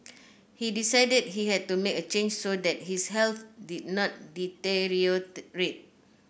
he decided he had to make a change so that his health did not deteriorate